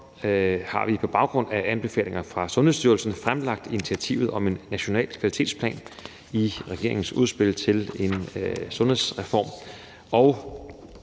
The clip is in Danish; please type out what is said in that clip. har vi på baggrund af anbefalinger fra Sundhedsstyrelsen fremlagt initiativet om en national kvalitetsplan i regeringens udspil til en sundhedsreform.